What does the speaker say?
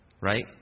right